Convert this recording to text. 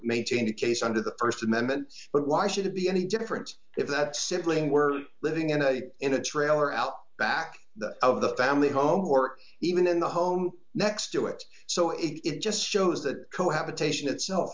maintain the case under the st amendment but why should it be any different if that sibling were living in a in a trailer out back of the family home or even in the home next to it so it just shows that cohabitation itself